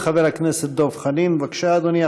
חבר הכנסת דב חנין, בבקשה, אדוני.